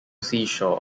seashore